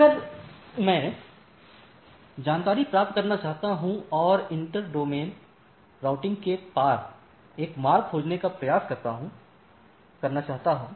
अगर मैं जानकारी प्राप्त करना चाहता हूं और इंटर डोमेन राउटिंग के पार एक मार्ग खोजने का प्रयास करना चाहता हूं